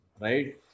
right